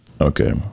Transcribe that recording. Okay